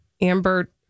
Amber